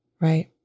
right